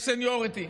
יש סניוריטי.